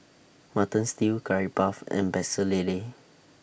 Mutton Stew Curry Puff and Pecel Lele